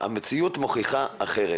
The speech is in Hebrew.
המציאות מוכיחה אחרת.